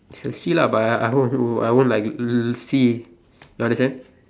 should see lah but I I hope I I won't like see you understand